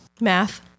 math